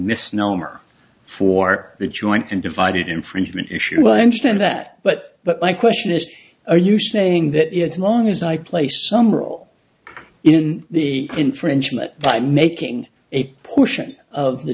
misnomer for the joint and divided infringement issue i understand that but but my question is are you saying that it's long as i play some role in the infringement by making a portion of the